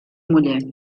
muller